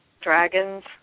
dragons